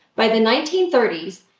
by the nineteen thirty s,